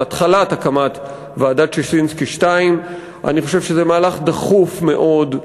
התחלת הקמת ועדת ששינסקי 2. אני חושב שזה מהלך דחוף מאוד,